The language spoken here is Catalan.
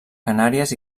canàries